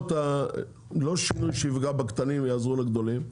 לא שינוי שיפגע בקטנים ויעזור לגדולים,